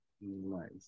Nice